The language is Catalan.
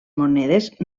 monedes